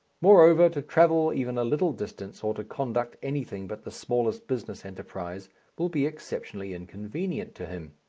moreover, to travel even a little distance or to conduct anything but the smallest business enterprise will be exceptionally inconvenient to him.